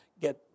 get